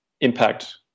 impact